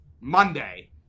Monday